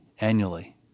annually